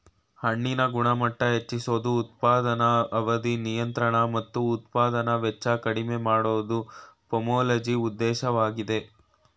ಹಣ್ಣಿನ ಗುಣಮಟ್ಟ ಹೆಚ್ಚಿಸೋದು ಉತ್ಪಾದನಾ ಅವಧಿ ನಿಯಂತ್ರಣ ಮತ್ತು ಉತ್ಪಾದನಾ ವೆಚ್ಚ ಕಡಿಮೆ ಮಾಡೋದು ಪೊಮೊಲಜಿ ಉದ್ದೇಶವಾಗಯ್ತೆ